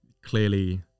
clearly